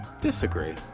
Disagree